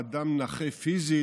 אדם נכה פיזית,